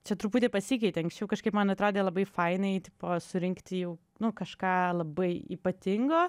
čia truputį pasikeitė anksčiau kažkaip man atrodė labai faina eiti po surinkti jau nu kažką labai ypatingo